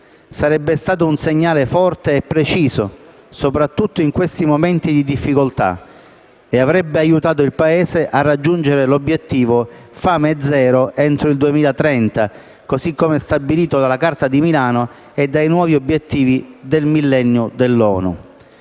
Sarebbe stato un segnale forte e preciso, soprattutto in questi momenti di difficoltà, e avrebbe aiutato il Paese a raggiungere l'obiettivo «fame zero» entro il 2030, così come stabilito dalla Carta di Milano e dai nuovi obiettivi del Millennio dell'ONU.